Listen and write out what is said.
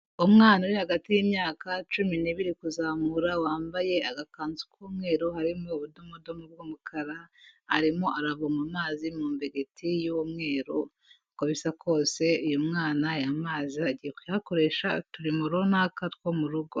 Umwana uri hagati y'imyaka cumi n'ibiri kuzamura wambaye agakanzu k'umweru harimo ubudomodomo bw'umukara, arimo aravoma amazi mu mbegeti y'umweru uko bisa kose uyu mwana ay'amazi agiye kuyakoresha uturimo runaka two mu rugo.